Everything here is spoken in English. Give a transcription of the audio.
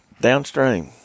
downstream